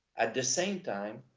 at the same time,